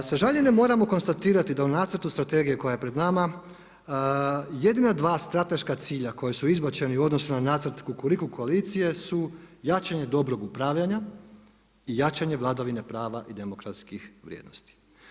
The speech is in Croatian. Sa žaljenjem moramo konstatirati da u nacrtu strategije koja je pred nama, jedina dva strateška cilja koji su izbačeni u odnosu na nacrt Kukuriku koalicije, su jačanje dobrog upravljanja i jačanje vladavine prava i demokratskih vrijednosti.